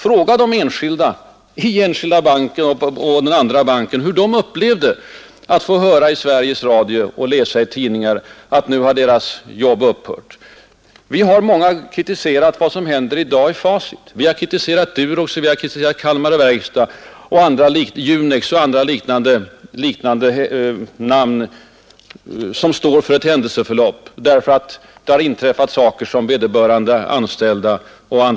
Fråga de anställda i de båda bankerna hur de upplevde att få höra i radio och läsa i tidningar att deras jobb ändrat karaktär. Många av oss har kritiserat vad som i dag händer i Facit, vi har kritiserat Durox, Kalmar verkstad och Junex, för att nu nämna några namn som står som begrepp för händelseförlopp där anställda och andra berörda inte varit orienterade och inte kunnat påverka utvecklingen.